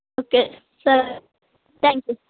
okay సరే thank you